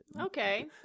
Okay